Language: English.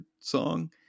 song